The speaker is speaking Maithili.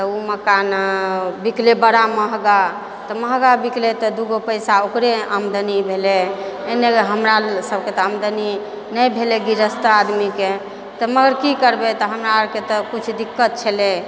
तऽ ओ मक्का नहि बिकलै बड़ा महँगा तऽ महँगा बिकलै तऽ दुगो पैसा ओकरे आमदनी भेलै एन्ने हमरासभके तऽ आमदनी नहि भेलै गृहस्थ आदमीकेँ तऽ मगर की करबै तऽ हमराआओरकेँ तऽ किछु दिक्कत छलै